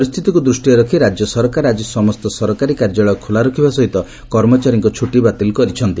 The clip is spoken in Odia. ପରିସ୍ଥିତିକୁ ଦୂଷ୍ଟିରେ ରଖି ରାଜ୍ୟ ସରକାର ଆଜି ସମସ୍ତ ସରକାରୀ କାର୍ଯ୍ୟାଳୟ ଖୋଲା ରଖିବା ସହିତ କର୍ମଚାରୀଙ୍କ ଛୁଟି ବାତିଲ କରିଛନ୍ତି